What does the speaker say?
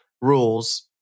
rules